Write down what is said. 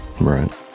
right